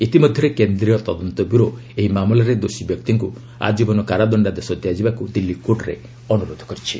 ଇତିମଧ୍ୟରେ କେନ୍ଦ୍ରୀୟ ତଦନ୍ତ ବ୍ୟୁରୋ ଏହି ମାମଲାରେ ଦୋଷୀ ବ୍ୟକ୍ତିଙ୍କୁ ଆଜୀବନ କାରାଦଣ୍ଡାଦେଶ ଦିଆଯିବାକୁ ଦିଲ୍ଲୀ କୋର୍ଟରେ ଅନୁରୋଧ କରିଛି